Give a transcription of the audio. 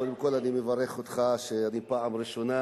קודם כול אני מברך אותך כי אני פעם ראשונה